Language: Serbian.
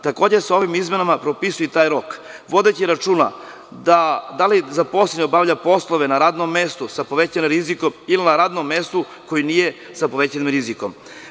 Takođe se ovim izmenama propisuje taj rok, vodeći računa da li zaposleni obavlja poslove na radnom mestu, sa povećanim rizikom ili na radnom mestu koje nije sa povećanim rizikom.